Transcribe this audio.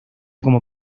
como